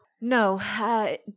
No